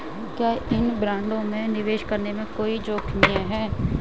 क्या इन बॉन्डों में निवेश करने में कोई जोखिम है?